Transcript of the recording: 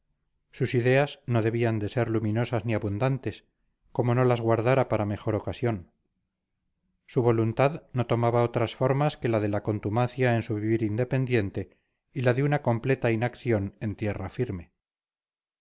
sus ideas no debían de ser luminosas ni abundantes como no las guardara para mejor ocasión su voluntad no tomaba otras formas que la de la contumacia en su vivir independiente y la de una completa inacción en tierra firme